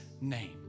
name